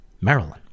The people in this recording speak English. Maryland